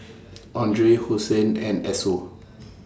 Andre Hosen and Esso